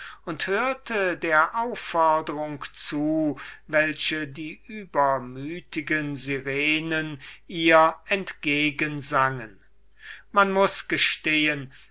und hörte lächelnd der aufforderung zu welche die übermütigen syrenen ihr entgegensangen man muß ohne zweifel gestehen